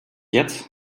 jetzt